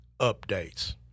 updates